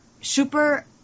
super